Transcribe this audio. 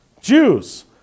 Jews